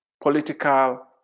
political